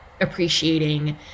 appreciating